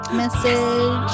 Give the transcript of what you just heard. message